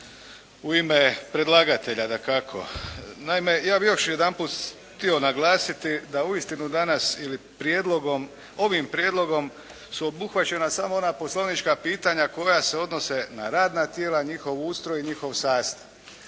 u ime predlagatelja dakako. Naime, ja bih još jedanput htio naglasiti da uistinu danas ili prijedlogom, ovim prijedlogom su obuhvaćena samo ona poslovnička pitanja koja se odnose na radna tijela, njihov ustroj i njihov sastav.